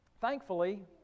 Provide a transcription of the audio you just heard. thankfully